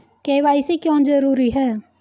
KYC क्यों जरूरी है?